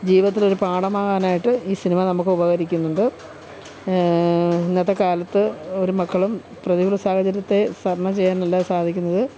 ജീവിതത്തിൽ ഒരു പാഠമാകാനായിട്ട് ഈ സിനിമ നമുക്ക് ഉപകരിക്കുന്നുണ്ട് ഇന്നത്തെ കാലത്ത് ഒരു മക്കളും പ്രതികൂല സാഹചര്യത്തെ തരണം ചെയ്യാനല്ല സാധിക്കുന്നത്